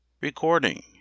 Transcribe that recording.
RECORDING